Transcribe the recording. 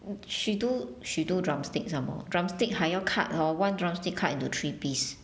she do she do drumstick somemore drumstick 还要 cut hor one drumstick cut into three piece